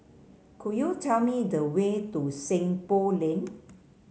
could you tell me the way to Seng Poh Lane